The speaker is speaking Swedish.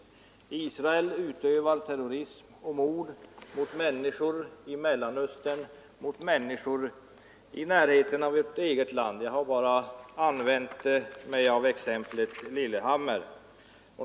Israel utövar terrorism och begår mord när det gäller både människor i Mellanöstern och människor i närheten av vårt eget land; jag har här bara använt exemplet Lillehammer.